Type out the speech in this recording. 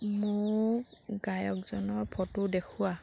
মোক গায়কজনৰ ফটো দেখুওৱা